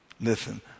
listen